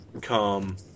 come